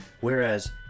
Whereas